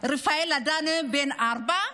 רפאל אדנה בן הארבע,